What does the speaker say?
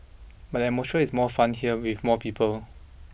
but the atmosphere is more fun here with more people